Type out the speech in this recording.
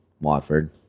Watford